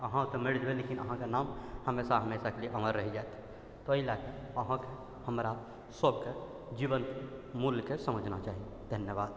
अहाँ तऽ मरि जेबै लेकिन अहाँके नाम हमेशा हमेशाके लिए अमर रहि जाएत ओहि लऽ कऽ अहाँके हमरा सबके जीवन मूल्यके समझना चाही धन्यवाद